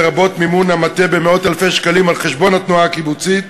לרבות מימון המטה במאות-אלפי שקלים על חשבון התנועה הקיבוצית.